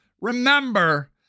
remember